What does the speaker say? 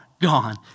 gone